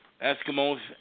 Eskimos